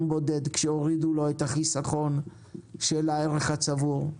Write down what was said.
בודד כשהורידו לו את החיסכון של הערך הצבור.